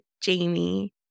Jamie